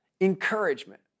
Encouragement